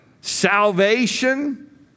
salvation